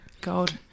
God